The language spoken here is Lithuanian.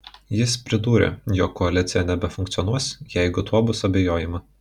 jis pridūrė jog koalicija nebefunkcionuos jeigu tuo bus abejojama